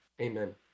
Amen